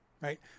right